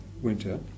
Winter